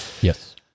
yes